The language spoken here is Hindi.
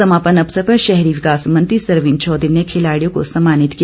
समापन अवसर पर शहरी विकास मंत्री सरवीण चौधरी ने खिलाड़ियों को सम्मानित किया